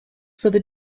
fyddi